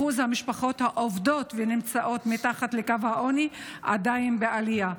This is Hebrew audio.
אחוז המשפחות העובדות שנמצאות מתחת לקו העוני עדיין בעלייה.